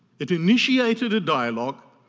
it initiated a dialogue,